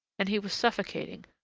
and he was suffocating,